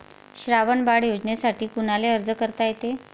श्रावण बाळ योजनेसाठी कुनाले अर्ज करता येते?